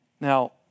Now